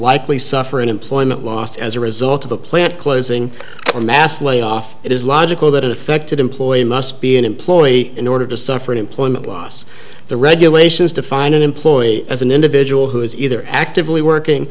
likely suffer an employment loss as a result of a plant closing or mass layoff it is logical that it affected employees must be an employee in order to suffer employment loss the regulations define an employee as an individual who is either actively working